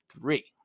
three